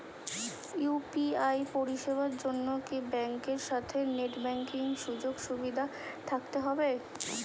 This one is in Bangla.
ইউ.পি.আই পরিষেবার জন্য কি ব্যাংকের সাথে নেট ব্যাঙ্কিং সুযোগ সুবিধা থাকতে হবে?